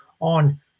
on